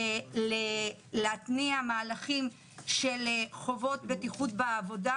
להתניע מהלכים של חובות בטיחות בעבודה,